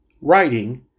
Writing